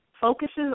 focuses